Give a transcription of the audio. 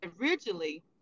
originally